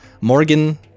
Morgan